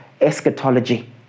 eschatology